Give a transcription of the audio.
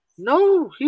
No